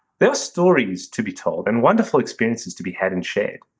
there are stories to be told, and wonderful experiences to be had, and shared.